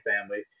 family